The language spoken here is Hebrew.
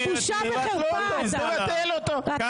מול חיזבאללה -- די כבר,